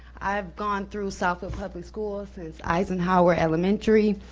i've gone through southfield public schools since eisenhower elementary,